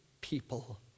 people